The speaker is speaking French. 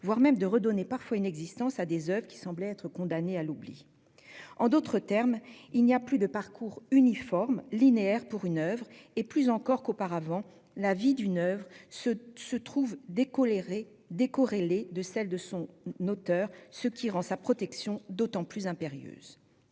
voire même parfois une existence, à des oeuvres qui semblaient condamnées à l'oubli. En d'autres termes, il n'y a plus de parcours uniforme, linéaire pour une oeuvre ; et, plus encore qu'auparavant, la vie d'une oeuvre se trouve décorrélée de celle de son auteur- ce qui rend sa protection d'autant plus impérieuse.